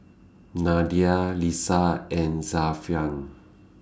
Nadia Lisa and Zafran